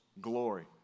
glory